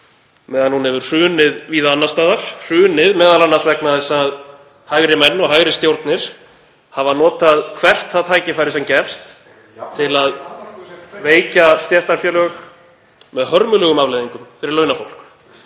meðan hún hefur hrunið víða annars staðar, hrunið m.a. vegna þess að hægri menn og hægri stjórnir hafa notað hvert það tækifæri sem gefst (Gripið fram í.)til að veikja stéttarfélög með hörmulegum afleiðingum fyrir launafólk.